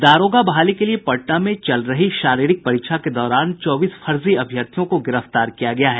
दारोगा बहाली के लिये पटना में चल रही शारीरिक परीक्षा के दौरान चौबीस फर्जी अभ्यर्थियों को गिरफ्तार किया गया है